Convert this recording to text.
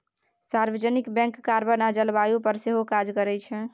सार्वजनिक bank carbon आ जलबायु पर सेहो काज करै छै